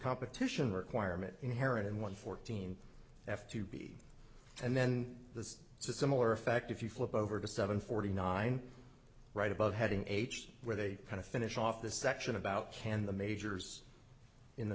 competition requirement inherent in one fourteen f two b and then the similar effect if you flip over to seven forty nine right above heading h where they kind of finish off this section about can the majors in the